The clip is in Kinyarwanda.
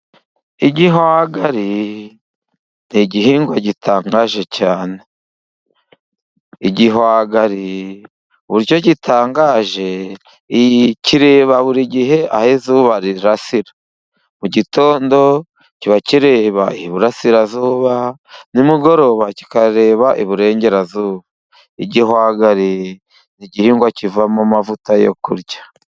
Igihwagari ni igihingwa gitangaje cyane, igihwagari uburyo gitangaje, kireba buri gihe aho izuba rirasira mu gitondo kiba kireba iburasirazuba, nimugoroba kikareba iburengerazuba, igihwagari ni igihingwa kivamo amavuta yo kurya.